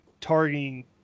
targeting